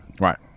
Right